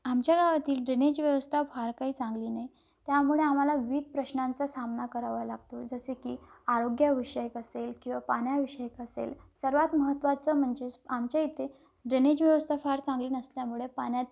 आमच्या गावातील ड्रेनेज व्यवस्था फार काही चांगली नाही त्यामुळे आम्हाला विविध प्रश्नांचा सामना करावा लागतो जसे की आरोग्याविषयक असेल किंवा पाण्याविषयक असेल सर्वात महत्त्वाचं म्हणजेच आमच्या इथे ड्रेनेज व्यवस्था फार चांगली नसल्यामुळे पाण्यात